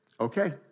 okay